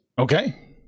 Okay